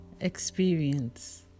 experience